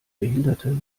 behinderte